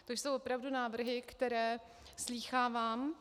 To jsou opravdu návrhy, které slýchávám.